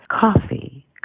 coffee